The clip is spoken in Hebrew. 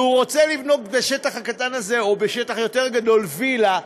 והוא רוצה לבנות בשטח הקטן הזה או בשטח יותר גדול וילה,